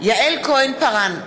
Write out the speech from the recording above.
יעל כהן-פארן,